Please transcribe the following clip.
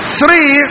three